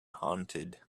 haunted